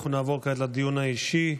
אנחנו נעבור כעת לדיון האישי,